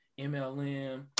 MLM